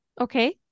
Okay